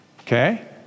okay